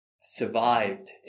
survived